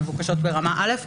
מבוקשים להיות ברמה א',